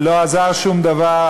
לא עזר שום דבר.